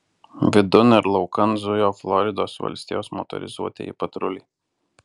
vidun ir laukan zujo floridos valstijos motorizuotieji patruliai